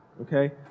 okay